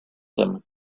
him